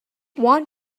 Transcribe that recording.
want